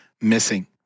missing